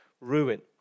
ruin